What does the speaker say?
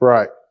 Right